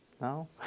no